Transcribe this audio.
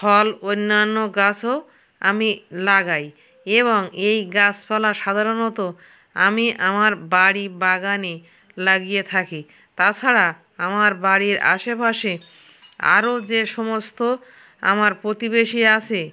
ফল অন্যান্য গাছও আমি লাগাই এবং এই গাছপালা সাধারণত আমি আমার বাড়ি বাগানে লাগিয়ে থাকি তাছাড়া আমার বাড়ির আশেপাশে আরও যে সমস্ত আমার প্রতিবেশী আসে